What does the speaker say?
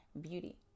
beauty